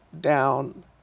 down